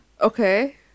Okay